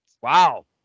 Wow